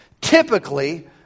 typically